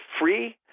free